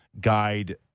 guide